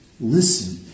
listen